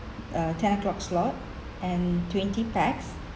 uh ten o'clock slot and twenty pax